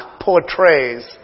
portrays